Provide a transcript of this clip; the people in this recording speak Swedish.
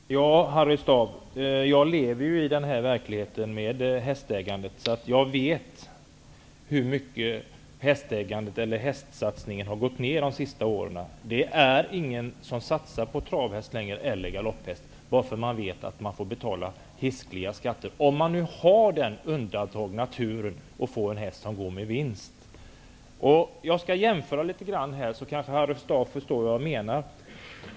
Herr talman! Harry Staaf, jag lever i verkligheten med hästägande, därför vet jag hur mycket hästsatsningen har gått ned under de senste åren. Ingen satsar längre på trav eller galopphäst, eftersom man vet att man får betala hiskeliga skatter. Jag skall göra en jämförelse för att Harry Staaf skall förstå vad jag menar.